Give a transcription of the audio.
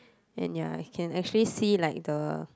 and ya can actually see like the